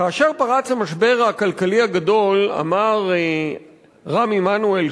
כאשר פרץ המשבר הכלכלי הגדול אמר רם עמנואל,